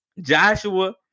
Joshua